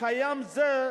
קיים זה,